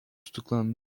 tutuklandı